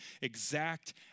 exact